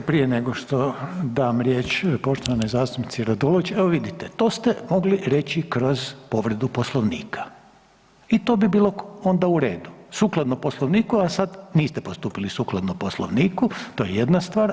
Dakle, prije nego što dam riječ poštovanoj zastupnici Radolović, evo vidite to ste mogli reći kroz povredu Poslovnika i to bi bilo onda u redu, sukladno Poslovniku, a sad niste postupili sukladno Poslovniku, to je jedna stvar.